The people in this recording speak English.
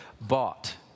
bought